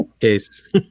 case